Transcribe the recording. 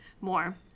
more